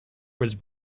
was